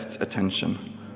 attention